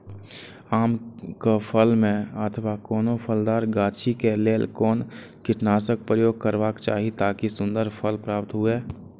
आम क फल में अथवा कोनो फलदार गाछि क लेल कोन कीटनाशक प्रयोग करबाक चाही ताकि सुन्दर फल प्राप्त हुऐ?